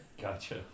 Gotcha